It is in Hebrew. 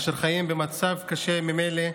אשר חיים במצב קשה ממילא,